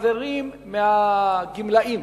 וחברים מהגמלאים.